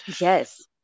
Yes